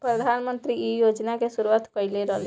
प्रधानमंत्री इ योजना के शुरुआत कईले रलें